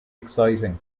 exciting